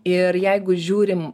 ir jeigu žiūrim